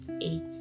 Eight